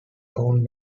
own